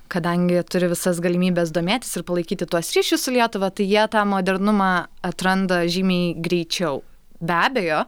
kadangi turi visas galimybes domėtis ir palaikyti tuos ryšius su lietuva tai jie tą modernumą atranda žymiai greičiau be abejo